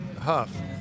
Huff